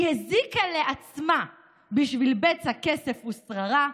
היא הזיקה לעצמה בשביל בצע כסף ושררה,